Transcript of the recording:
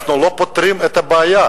אנחנו לא פותרים את הבעיה.